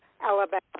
Alabama